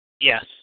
Yes